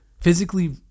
physically